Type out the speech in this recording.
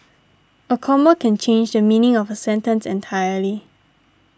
a comma can change the meaning of a sentence entirely